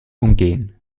umgehen